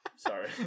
Sorry